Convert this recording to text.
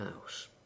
house